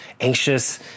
anxious